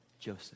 Joseph